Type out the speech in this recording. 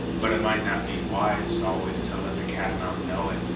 but it might not be wise, always, to let the catamount know it,